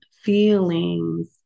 feelings